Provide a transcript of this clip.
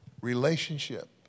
relationship